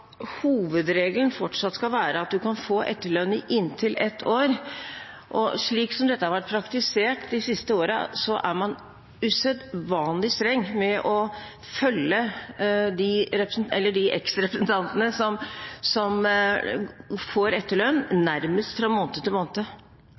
hovedregelen fortsatt skal være at man kan få etterlønn i inntil ett år. Slik som dette har vært praktisert de siste årene, er man usedvanlig streng med å følge de